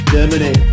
Germany